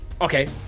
Okay